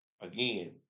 Again